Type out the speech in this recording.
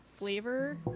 flavor